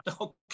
Okay